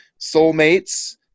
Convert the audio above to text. soulmates